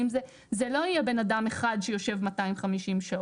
זה לא יהיה בן אדם אחד שיושב 250 שעות,